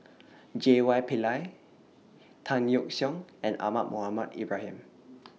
J Y Pillay Tan Yeok Seong and Ahmad Mohamed Ibrahim